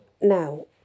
now